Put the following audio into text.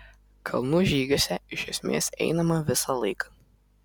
kalnų žygiuose iš esmės einama visą laiką